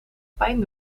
pijn